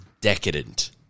decadent